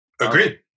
Agreed